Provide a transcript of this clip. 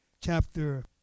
chapter